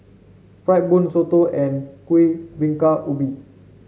fried bun soto and Kuih Bingka Ubi